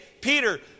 Peter